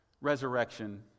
resurrection